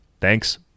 Thanks